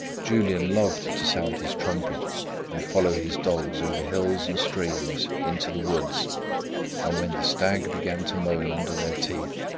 julian loved to sound his trumpet and follow his dogs over hills and streams, into the woods and when the stag began to moan under their teeth,